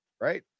right